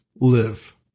Live